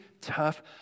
tough